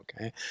okay